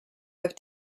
have